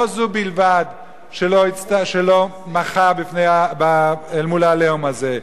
לא זו בלבד שלא מחה אל מול ה"עליהום" הזה,